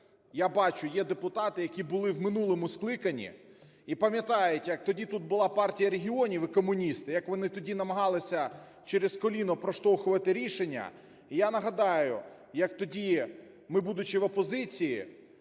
я бачу, що є депутати, які були в минулому скликанні, і пам’ятаю, як тоді була тут Партія регіонів і комуністи, як вони тоді намагались через коліно проштовхувати рішення. Я нагадаю, як тоді ми, будучи в опозиції,